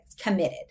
committed